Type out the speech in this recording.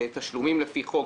תשלומים לפי חוק,